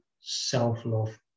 self-love